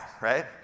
right